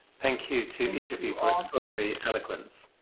thank you to each of you for extraordinary eloquence.